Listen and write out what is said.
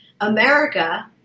America